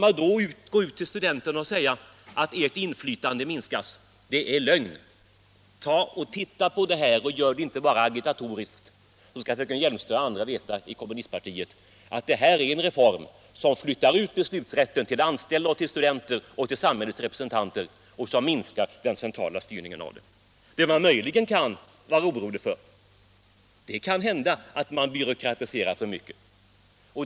Att gå ut till studenterna och säga att deras inflytande minskas är lögn! Titta på det här förslaget och behandla det inte bara agitatoriskt! Då kommer fröken Hjelmström och andra inom kommunistpartiet att finna att detta är en reform som flyttar ut beslutsrätten till anställda, till studenter och till samhällets representanter och som minskar den centrala styrningen. Vad man möjligen kan vara orolig för är att man kanske byråkratiserar för mycket.